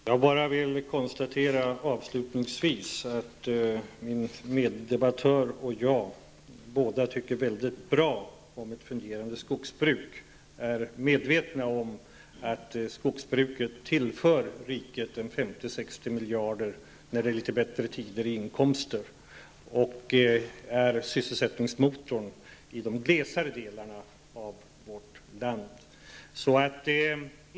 Fru talman! Jag vill bara avslutningsvis konstatera att min meddebattör och jag båda tycker mycket bra om ett fungerande skogsbruk och är medvetna om att skogsbruket tillför riket 50--60 miljarder i inkomster när det är litet bättre tider och är sysselsättningsmotorn i de glesare delarna av vårt land.